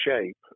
shape